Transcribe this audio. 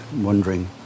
wondering